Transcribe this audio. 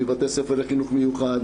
מבתי ספר לחינוך מיוחד,